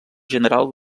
general